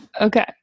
Okay